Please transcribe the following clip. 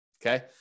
Okay